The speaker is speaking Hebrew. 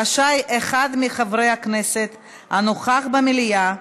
רשאי אחד מחברי הכנסת הנוכח במליאה,